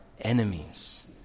enemies